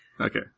Okay